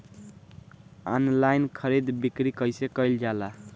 Online खरीद बिक्री कइसे कइल जाला?